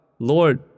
Lord